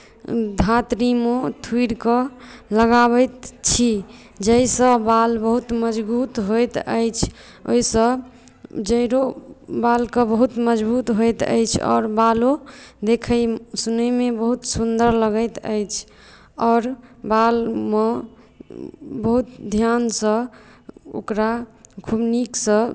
धातृमे थुड़िकऽ लगाबैत छी जाहिसँ बाल बहुत मजबुत होइत अछि ओहिसँ जड़ि बाल के बहुत मजबुत होइत अछि आओर बालो देखै सुनैमे बहुत सुन्दर लगैत अछि आओर बालमे बहुत ध्यानसँ ओकरा खुब नीकसँ